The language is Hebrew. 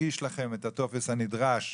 יגיש לכם את הטופס הנדרש,